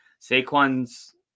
Saquon's